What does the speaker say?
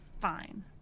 fine